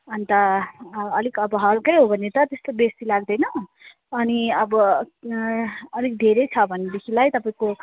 अन्त अलिक अब हल्कै हो भने त त्यस्तो बेसी लाग्दैन अनि अब अलिक धेरै छ भनेदेखिलाई तपाईँको